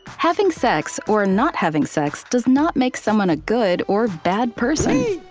having sex or not having sex does not make someone a good or bad person.